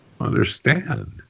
understand